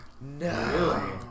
No